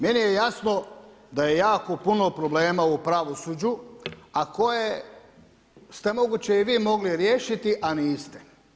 Meni je jasno da je jako puno problema u pravosuđu, a koje ste moguće i vi mogli riješiti, a niste.